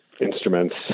instruments